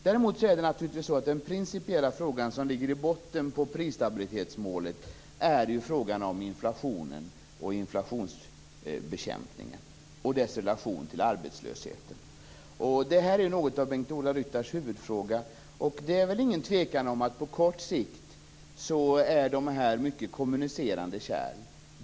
Den principiella fråga som ligger i botten på prisstabilitetsmålet är frågan om inflationen och inflationsbekämpningen och dess relation till arbetslösheten. Det är något av Bengt-Ola Ryttars huvudfråga. Det råder väl inget tvivel om att dessa på kort sikt är mycket av kommunicerande kärl.